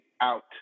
out